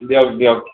দিয়ক দিয়ক